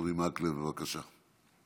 אורי מקלב, בבקשה.